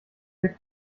der